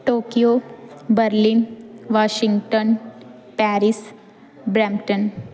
Tokyo Berlin Washington Paris Brampton